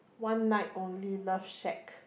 one night only love shack